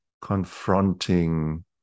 confronting